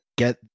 get